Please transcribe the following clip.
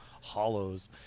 hollows